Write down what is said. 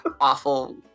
awful